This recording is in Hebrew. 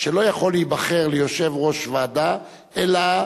שלא יכול להיבחר ליושב-ראש ועדה, אלא